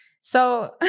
so-